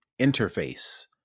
interface